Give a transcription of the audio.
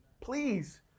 please